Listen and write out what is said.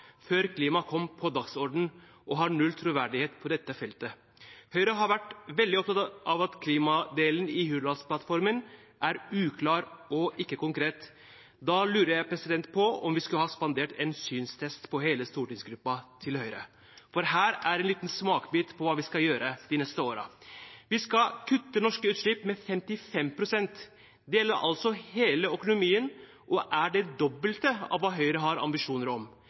før klima kom på dagsordenen og har null troverdighet på dette feltet. Høyre har vært veldig opptatt av at klimadelen i Hurdalsplattformen er uklar og ikke konkret. Jeg lurer på om vi skulle ha spandert en synstest på hele stortingsgruppen til Høyre, for her er en liten smakebit på hva vi skal gjøre de neste årene: Vi skal kutte norske utslipp med 55 pst. Det gjelder altså hele økonomien og er det dobbelte av hva Høyre har ambisjoner om.